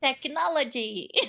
Technology